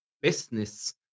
business